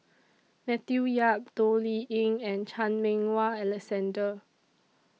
Matthew Yap Toh Liying and Chan Meng Wah Alexander